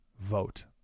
vote